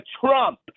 Trump